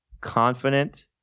confident